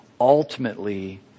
ultimately